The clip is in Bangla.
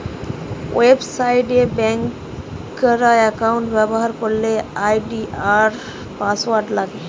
ওয়েবসাইট এ ব্যাংকার একাউন্ট ব্যবহার করলে আই.ডি আর পাসওয়ার্ড লাগে